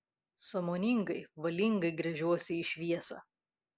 sąmoningai valingai gręžiuosi į šviesą